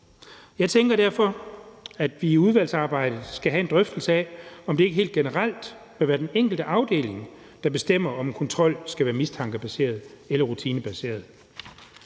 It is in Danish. Jeg tænker derfor, at vi i udvalgsarbejdet skal have en drøftelse af, om ikke det helt generelt vil være den enkelte afdeling, der bestemmer, om en kontrol skal være mistankebaseret eller rutinebaseret.